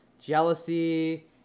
jealousy